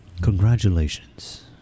Congratulations